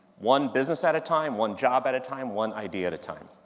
one business at a time, one job at a time, one idea at a time.